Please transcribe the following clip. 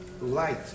light